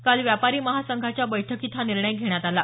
काल व्यापारी महासंघाच्या बैठकीत हा निर्णय घेण्यात आला